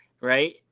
right